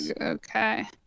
okay